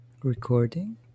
Recording